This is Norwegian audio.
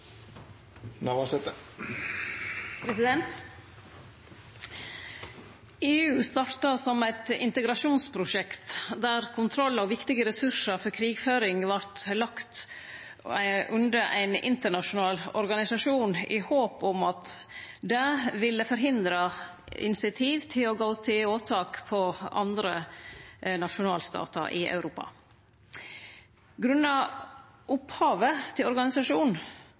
EU starta som eit integrasjonsprosjekt der kontroll av viktige ressursar for krigføring vart lagd under ein internasjonal organisasjon i håp om at det ville forhindre insentiv til å gå til åtak på andre nasjonalstatar i Europa. På grunn av opphavet til